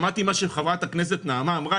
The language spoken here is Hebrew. שמעתי מה שחברת הכנסת נעמה אמרה,